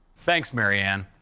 thanks, mary-ann.